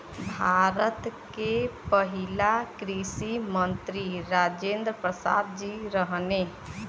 भारत के पहिला कृषि मंत्री राजेंद्र प्रसाद जी रहने